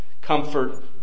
comfort